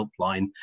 helpline